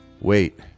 wait